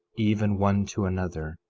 even one to another,